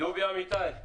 דובי אמיתי,